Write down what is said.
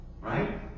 right